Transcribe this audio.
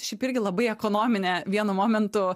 šiaip irgi labai ekonominė vienu momentu